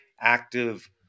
active